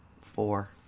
Four